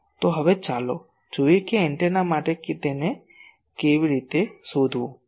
તો હવે ચાલો જોઈએ કે એન્ટેના માટે તેને કેવી રીતે શોધવું